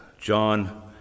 John